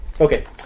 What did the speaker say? Okay